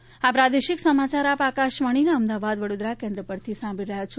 corona સંદેશ આ પ્રાદેશિક સમાચાર આપ આકશવાણીના અમદાવાદ વડોદરા કેન્દ્ર પરથી સાંભળી રહ્યા છે